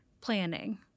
planning